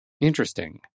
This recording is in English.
Interesting